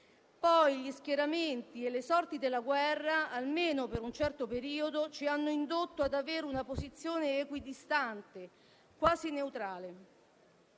Poi gli schieramenti e le sorti della guerra, almeno per un certo periodo, ci hanno indotto ad avere una posizione equidistante, quasi neutrale.